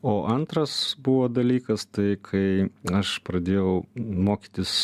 o antras buvo dalykas tai kai aš pradėjau mokytis